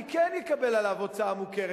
אני כן אקבל עליו הוצאה מוכרת,